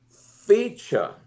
feature